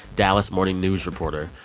dallas morning news reporter.